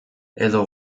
edo